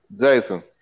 Jason